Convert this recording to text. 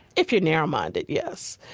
if you're narrow-minded, yes.